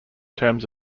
terms